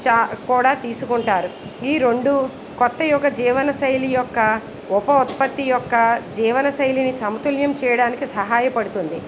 కూడా తీసుకుంటారు ఈ రెండు కొత్త యుగ జీవన శైలి యొక్క ఉప ఉత్పత్తి యొక్క జీవనశైలిని సమతుల్యం చేయడానికి సహాయపడుతుంది